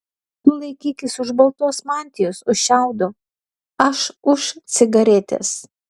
tu laikykis už baltos mantijos už šiaudo aš už cigaretės